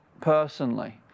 personally